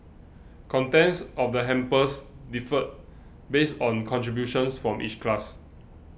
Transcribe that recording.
contents of the hampers differed based on contributions from each class